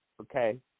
okay